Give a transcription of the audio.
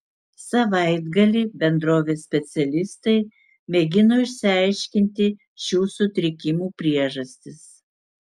savaitgalį bendrovės specialistai mėgino išsiaiškinti šių sutrikimų priežastis